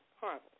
Horrible